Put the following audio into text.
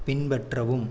பின்பற்றவும்